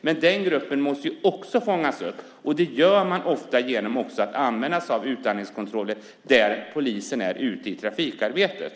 Denna grupp måste också fångas upp. Och det görs ofta genom att polisen också använder sig av utandningskontroller ute i trafikarbetet.